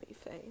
face